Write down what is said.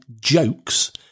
jokes